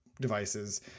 devices